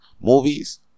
movies